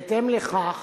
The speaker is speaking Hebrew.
בהתאם לכך,